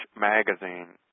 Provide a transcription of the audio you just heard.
magazine